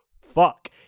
fuck